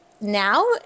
now